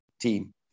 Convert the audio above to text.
team